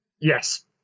Yes